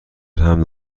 حمل